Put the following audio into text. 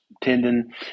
tendon